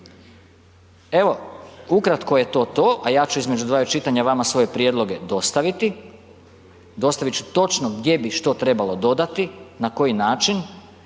Evo, ukratko je to to a ja ću između dvaju čitanja vama svoje prijedloge dostaviti, dostavit ću točno gdje bi što trebalo dodati, na koji način